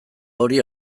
hori